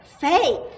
faith